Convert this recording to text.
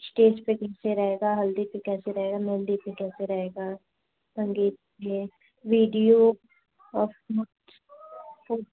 stage पे कैसे रहेगा हल्दी पे कैसे रहेगा मेहँदी पे कैसे रहेगा संगीत में वीडियो फोटो